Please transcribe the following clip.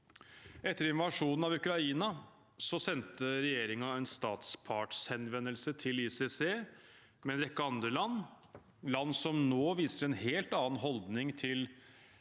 Etter invasjonen av Ukraina sendte regjeringen en statspartshenvendelse til ICC sammen med en rekke andre land, land som nå viser en helt annen holdning til